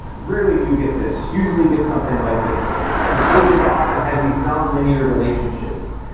rarely do you get this. usually get something like this. so data is often has these nonlinear relationships.